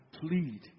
plead